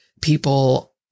people